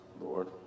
Lord